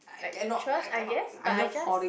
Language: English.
like interest I guess but I just